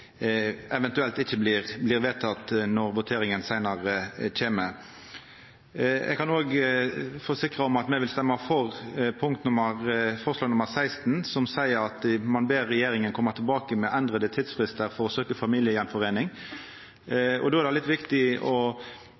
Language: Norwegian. eventuelt ikkje blir vedteke når voteringa kjem seinare. Eg kan òg forsikra om at me vil stemma for forslag nr. 17, som seier at ein ber regjeringa koma tilbake med endra tidsfristar for å søka om familiegjenforeining. Då er det litt viktig å